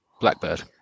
Blackbird